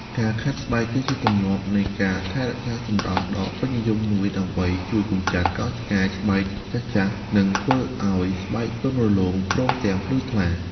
ការខាត់ស្បែកគឺជាទម្លាប់នៃការថែរក្សាសម្រស់ដ៏ពេញនិយមមួយ ដើម្បីជួយកម្ចាត់កោសិកាស្បែកចាស់ៗ និងធ្វើឱ្យស្បែកទន់រលោង ព្រមទាំងភ្លឺថ្លា។